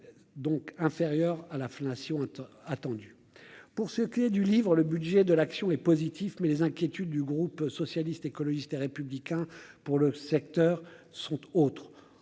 donc inférieure à l'inflation attendue pour ce qui est du livrent le budget de l'action est positif mais les inquiétudes du groupe socialiste, écologiste et républicain pour le secteur sont autre